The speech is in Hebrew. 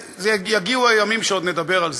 יגיעו הימים שעוד נדבר על זה,